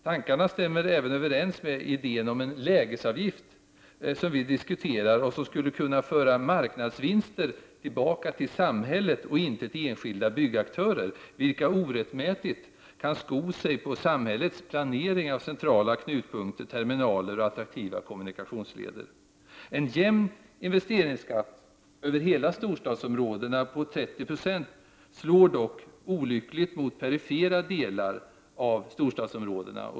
Tankarna stämmer även överens med idén om lägesavgift, som vi diskuterar och som skulle föra marknadsvinster tillbaka till samhället och inte till enskilda byggaktörer, vilka orättmätigt kan sko sig på samhällets planering av centrala knutpunkter, terminaler och attraktiva kommunikationsleder. En jämn investeringsskatt på 30 96 över hela storstadsområdet slår dock olyckligt mot perifiera delar.